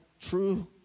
true